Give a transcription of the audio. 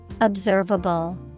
Observable